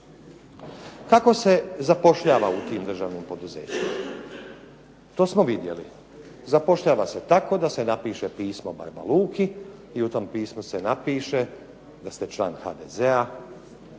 Kako se zapošljava u tim državnim poduzećima? To smo vidjeli. Zapošljava se tako da se napiše pismo barba Luki i u tom pismu se napiše da ste član HDZ-a,